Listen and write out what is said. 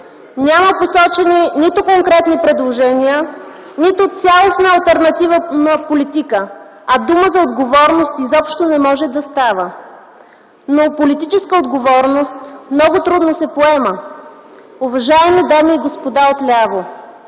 Няма посочени нито конкретни предложения, нито цялостна алтернативна политика, а дума за отговорност изобщо не може да става. Но политическа отговорност много трудно се поема. Уважаеми дами и господа отляво,